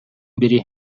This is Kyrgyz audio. бири